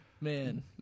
Man